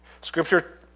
Scripture